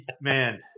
Man